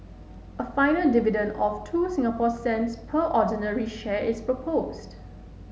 a final dividend of two Singapore cents per ordinary share is proposed